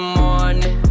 morning